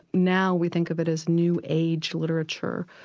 now we think of it as new age literature,